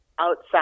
outside